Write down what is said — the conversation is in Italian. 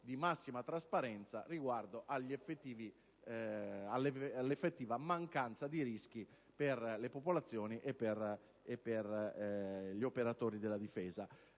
di massima trasparenza riguardo all'effettiva mancanza di rischi per le popolazioni e per gli operatori della Difesa.